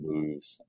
Moves